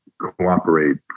cooperate